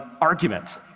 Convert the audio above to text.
argument